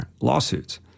lawsuits